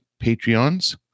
Patreons